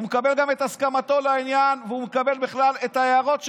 הוא מקבל גם את הסכמתו לעניין והוא מקבל בכלל את ההערות שלו.